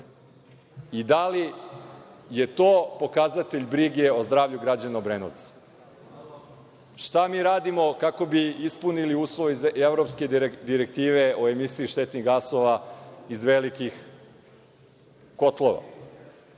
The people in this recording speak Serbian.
I da li je to pokazatelj brige o zdravlju građana Obrenovca? Šta mi radimo kako bismo ispunili uslove iz evropske Direktive o emisiji štetnih gasova iz velikih kotlova?